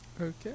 Okay